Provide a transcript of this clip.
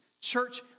Church